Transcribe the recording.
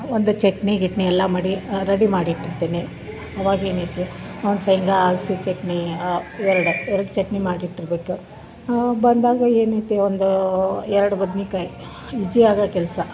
ಒಂದು ಚಟ್ನಿ ಗಿಟ್ನಿ ಎಲ್ಲ ಮಾಡಿ ರೆಡಿ ಮಾಡಿಟ್ಟಿರ್ತೀನಿ ಅವಾಗೇನೈತೆ ಒಂದು ಶೇಂಗ ಹಾಕ್ಸಿ ಚಟ್ನಿ ಎರಡು ಎರಡು ಚಟ್ನಿ ಮಾಡಿಟ್ಟಿರ್ಬೇಕು ಬಂದಾಗ ಏನೈತೆ ಒಂದು ಎರಡು ಬದ್ನಿಕಾಯಿ ಈಜಿಯಾಗೋ ಕೆಲಸ